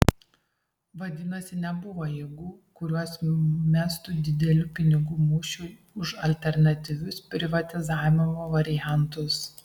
vadinasi nebuvo jėgų kurios mestų didelių pinigų mūšiui už alternatyvius privatizavimo variantus